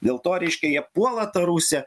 dėl to reiškia jie puola tą rusiją